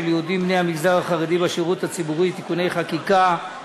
יהודים בני המגזר החרדי בשירות הציבורי (תיקוני חקיקה),